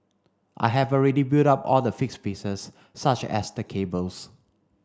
I have already built up all the fixed pieces such as the cables